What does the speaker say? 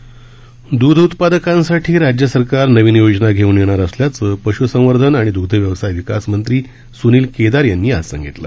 दुध दर आंदोलन द्ध उत्पादकांसाठी राज्य सरकार नवीन योजना घेऊन येणार असल्याचे पश्संवर्धन आणि द्रग्ध व्यवसाय विकास मंत्री सुनील केदार यांनी आज सांगितले